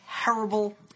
terrible